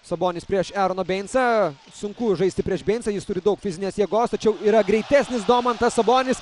sabonis prieš eroną beincą sunku žaisti prieš beincą jis turi daug fizinės jėgos tačiau yra greitesnis domantas sabonis